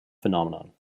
phenomenon